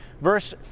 verse